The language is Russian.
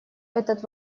этот